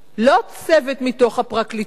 לא צוות מתוך הפרקליטות,